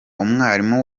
umwarimu